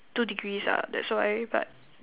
two degrees ah that's why but